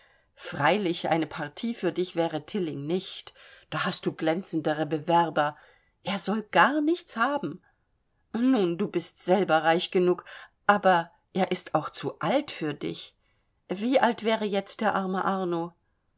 freilich eine partie für dich wäre tilling nicht da hast du glänzendere bewerber er soll gar nichts haben nun du bist selber reich genug aber er ist auch zu alt für dich wie alt wäre jetzt der arme arno